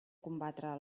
combatre